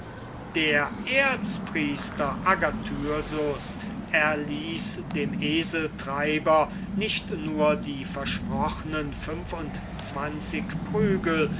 der erzpriester agathyrsus erließ dem eseltreiber nicht nur die versprochnen fünf und zwanzig prügel